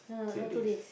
t~ three days